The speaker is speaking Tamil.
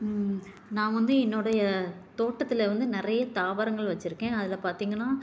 நான் வந்து என்னுடைய தோட்டத்தில் வந்து நிறைய தாவரங்கள் வைச்சிருக்கேன் நான் அதில் பார்த்திங்கன்னா